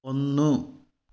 ഒന്ന്